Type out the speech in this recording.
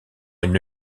une